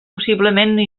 possiblement